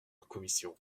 commission